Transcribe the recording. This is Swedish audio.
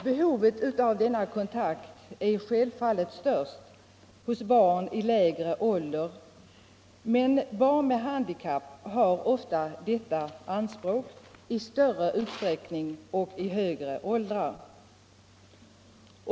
Behovet av denna kontakt är självfallet störst hos barn i lägre åldrar, men barn med handikapp har ofta detta anspråk i större utsträckning och i högre åldrar.